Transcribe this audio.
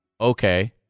Okay